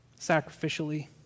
Sacrificially